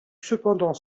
cependant